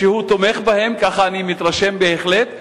שהוא תומך בהן, ככה אני מתרשם בהחלט.